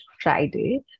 Friday